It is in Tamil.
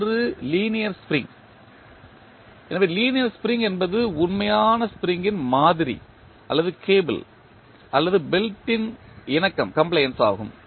ஒன்று லீனியர் ஸ்ப்ரிங் எனவே லீனியர் ஸ்ப்ரிங் என்பது உண்மையான ஸ்ப்ரிங் ன் மாதிரி அல்லது கேபிள் அல்லது பெல்ட்டின் இணக்கம் ஆகும்